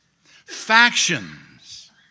factions